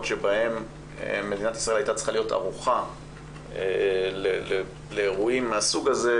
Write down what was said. שבהם מדינת ישראל הייתה צריכה להיות ערוכה לאירועים מהסוג הזה,